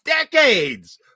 decades